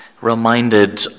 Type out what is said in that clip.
reminded